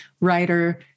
writer